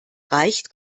reicht